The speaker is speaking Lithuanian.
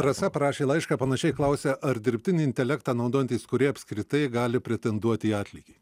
rasa parašė laišką panašiai klausia ar dirbtinį intelektą naudojantys kūrėjai apskritai gali pretenduoti į atlygį